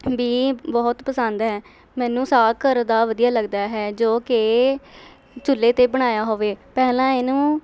ਵੀ ਬਹੁਤ ਪਸੰਦ ਹੈ ਮੈਨੂੰ ਸਾਗ ਘਰ ਦਾ ਵਧੀਆ ਲੱਗਦਾ ਹੈ ਜੋ ਕਿ ਚੁੱਲ੍ਹੇ 'ਤੇ ਬਣਾਇਆ ਹੋਵੇ ਪਹਿਲਾਂ ਇਹਨੂੰ